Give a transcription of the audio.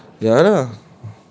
ya lah